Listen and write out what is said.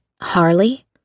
Harley